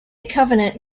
covenant